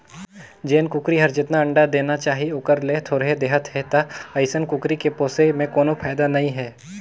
जेन कुकरी हर जेतना अंडा देना चाही ओखर ले थोरहें देहत हे त अइसन कुकरी के पोसे में कोनो फायदा नई हे